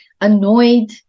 annoyed